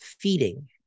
feeding